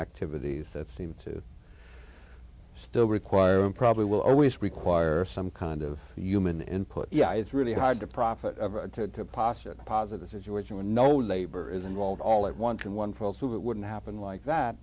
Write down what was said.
activities that seem to still require and probably will always require some kind of human input yeah it's really hard to profit to posit a positive situation when no labor is involved all at once in one fell swoop it wouldn't happen like that